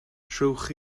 trowch